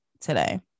today